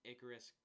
Icarus